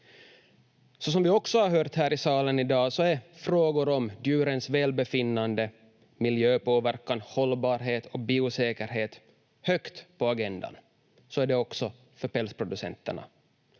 Som vi också har hört här i salen i dag är frågor om djurens välbefinnande, miljöpåverkan, hållbarhet och biosäkerhet högt på agendan. Så är det också för pälsproducenterna.